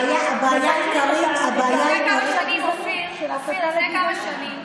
הבעיה העיקרית, אופיר, לפני כמה שנים,